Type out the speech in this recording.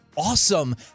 Awesome